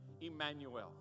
Emmanuel